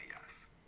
yes